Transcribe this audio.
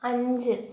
അഞ്ച്